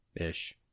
Ish